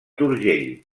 d’urgell